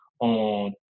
on